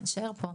נישאר פה.